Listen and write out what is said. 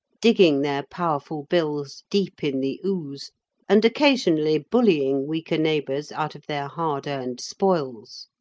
digging their powerful bills deep in the ooze and occasionally bullying weaker neighbours out of their hard-earned spoils.